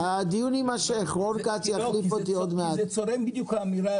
האמירה הזו צורמת.